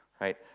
right